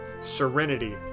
serenity